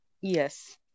Yes